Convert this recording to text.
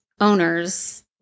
owners